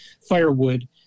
firewood